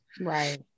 right